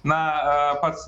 na pats